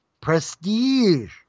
prestige